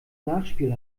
nachspiel